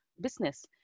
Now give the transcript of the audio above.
business